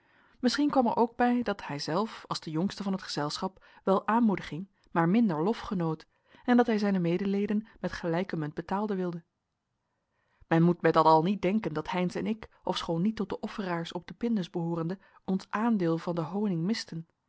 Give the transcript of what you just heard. misschien kwam er ook bij dat hijzelf als de jongste van t gezelschap wel aanmoediging maar minder lof genoot en dat hij zijne medeleden met gelijke munt betalen wilde men moet met dat al niet denken dat heynsz en ik ofschoon niet tot de offeraars op den pindus behoorende ons aandeel van den honig misten